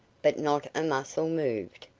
but not a muscle moved.